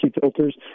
filters